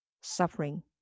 suffering